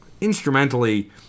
instrumentally